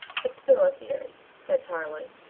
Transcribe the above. but still a theory, said tarling.